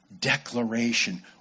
declaration